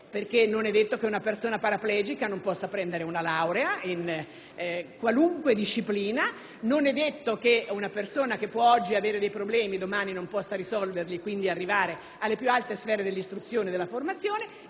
non è detto che una persona paraplegica non possa prendere una laurea in qualunque disciplina; non è detto che una persona che oggi ha alcuni problemi in futuro non possa risolverli e quindi arrivare alle più alte sfere dell'istruzione e della formazione.